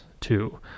two